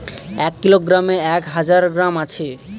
এক কিলোগ্রামে এক হাজার গ্রাম আছে